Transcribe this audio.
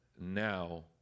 now